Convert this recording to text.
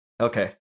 Okay